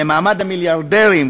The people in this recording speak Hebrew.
ל"מעמד המיליארדרים",